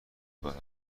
دارد